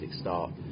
start